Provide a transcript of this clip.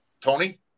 Tony